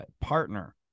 partner